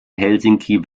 helsinki